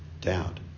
doubt